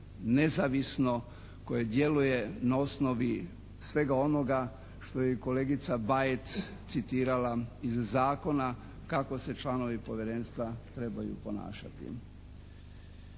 nezavisno, koje djeluje na osnovi svega onoga što je i kolegica Bajt citirala iz zakona kako se članovi Povjerenstva trebaju ponašati.